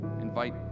Invite